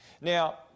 Now